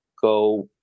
go